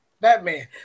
Batman